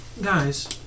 guys